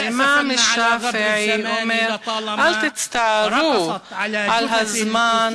האימאם א-שאפעי אומר: אל תצטערו על הזמן,